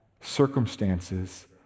circumstances